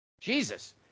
Jesus